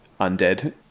Undead